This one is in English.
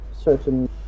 certain